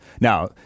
Now